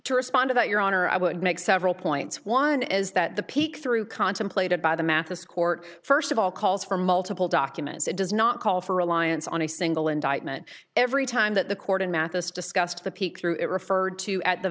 to respond to that your honor i would make several points one is that the peek through contemplated by the mathis court first of all calls for multiple documents it does not call for reliance on a single indictment every time that the court in mathis discussed the peek through it referred to at the